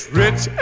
rich